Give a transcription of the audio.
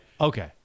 Okay